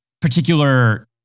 Particular